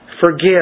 forgive